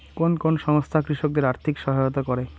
কোন কোন সংস্থা কৃষকদের আর্থিক সহায়তা করে?